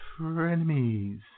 frenemies